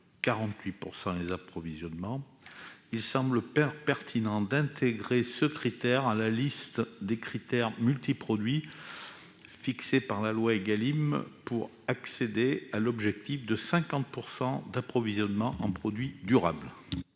48 % des approvisionnements -, il semble pertinent d'intégrer ce critère à la liste fixée par la loi Égalim pour accéder à l'objectif de 50 % d'approvisionnement en produits durables.